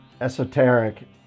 esoteric